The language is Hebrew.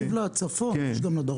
יש תקציב לצפון, צריך גם לדרום.